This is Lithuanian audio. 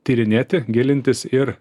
tyrinėti gilintis ir